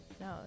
no